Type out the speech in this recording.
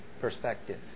perspective